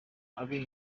abe